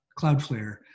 Cloudflare